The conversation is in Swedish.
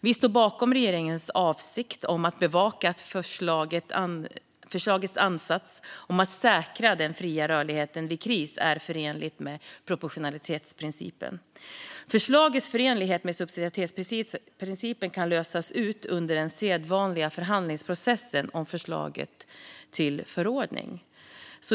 Vi står bakom regeringens avsikt att bevaka att förslagets ansats om att säkra den fria rörligheten vid kris är förenlig med proportionalitetsprincipen. Förslagets förenlighet med subsidiaritetsprincipen kan lösas ut under den sedvanliga förhandlingsprocessen om förslaget till förordning.